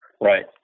right